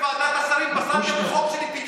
אתם בוועדת השרים פסלתם חוק שלי,